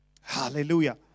Hallelujah